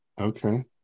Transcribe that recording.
Okay